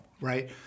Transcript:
right